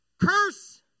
curse